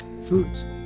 Foods